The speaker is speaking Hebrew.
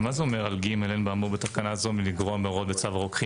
מה זה אומר על (ג) - אין באמור בתקנה זו כדי לגרוע מהוראות צו הרוקחים?